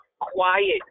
Quiet